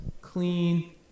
clean